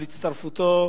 על הצטרפותו